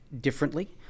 differently